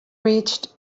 reached